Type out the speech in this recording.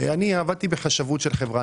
אני עבדתי בחשבות של חברה,